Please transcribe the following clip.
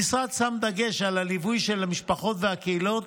המשרד שם דגש על הליווי של המשפחות והקהילות